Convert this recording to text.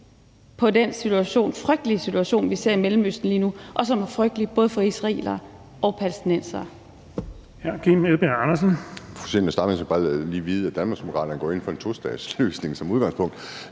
på den frygtelige situation, vi ser i Mellemøsten lige nu, og som både er frygtelig for israelere og palæstinensere.